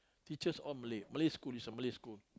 teachers all Malay Malay school it's a Malay school